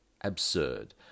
absurd